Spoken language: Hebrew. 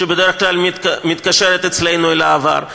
שבדרך כלל מתקשרת אצלנו עם העבר,